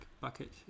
bucket